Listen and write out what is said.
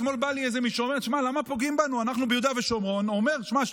אתמול בא מישהו ואומר לי: תשמע,